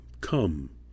come